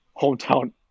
hometown